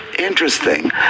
interesting